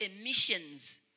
emissions